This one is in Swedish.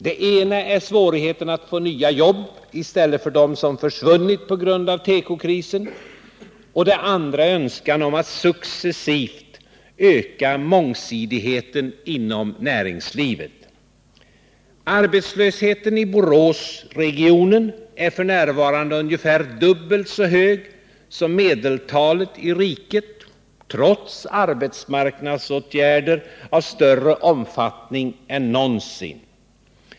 Det ena är svårigheten att få nya jobb i stället för dem som försvunnit på grund av tekokrisen, och det andra är önskan om att successivt öka mångsidigheten inom näringslivet. Arbetslösheten i Boråsregionen är f. n. ungefär dubbelt så hög som medeltalet i riket, trots arbetsmarknadsåtgärder av större omfattning än någonsin.